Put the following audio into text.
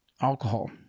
alcohol